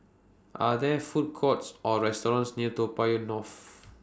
Are There Food Courts Or restaurants near Toa Payoh North